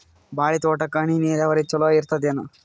ಬಾಳಿ ತೋಟಕ್ಕ ಹನಿ ನೀರಾವರಿ ಚಲೋ ಇರತದೇನು?